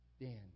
Dan